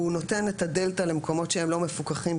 הוא נותן את הדלתא למקומות שהם לא מפוקחים,